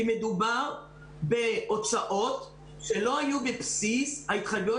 כי מדובר בהוצאות שלא היו בבסיס ההתחייבויות